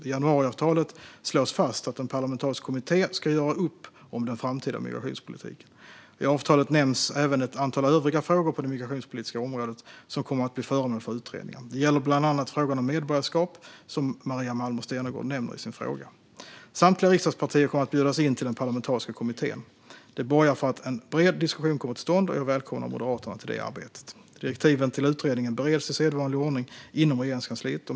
I januariavtalet slås fast att en parlamentarisk kommitté ska göra upp om den framtida migrationspolitiken. I avtalet nämns även ett antal övriga frågor på det migrationspolitiska området som kommer att bli föremål för utredningar. Det gäller bland annat frågan om medborgarskap, som Maria Malmer Stenergard nämner i sin fråga. Samtliga riksdagspartier kommer att bjudas in till den parlamentariska kommittén. Det borgar för att en bred diskussion kommer till stånd, och jag välkomnar Moderaterna till det arbetet. Direktiven till utredningen bereds i sedvanlig ordning inom Regeringskansliet.